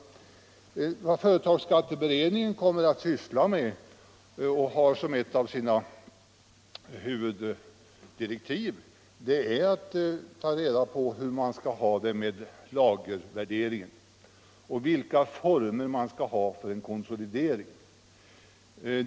Vad företagsskatteberedningen kommer att syssla med och har som ett av sina huvuddirektiv är att ta reda på hur man skall ha det med lagervärderingen och vilka former man skall ha för en konsolidering.